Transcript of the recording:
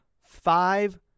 five